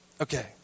Okay